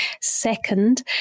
Second